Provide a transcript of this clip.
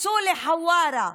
תצאו לחווארה,